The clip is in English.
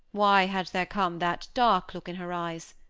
why had there come that dark look in her eyes?